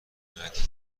حمایت